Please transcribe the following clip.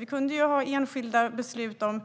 Vi skulle kunna fatta enskilda beslut om